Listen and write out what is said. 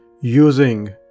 using